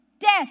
death